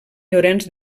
llorenç